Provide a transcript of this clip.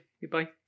Goodbye